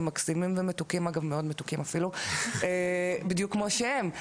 הם מקסימים ומתוקים בדיוק כמו שהם.